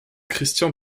christian